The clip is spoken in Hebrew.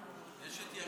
יש את יריב.